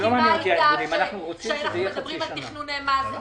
מסכימה איתך שהיינו מדברים על תכנוני מס.